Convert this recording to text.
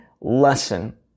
lesson